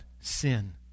sin